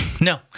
No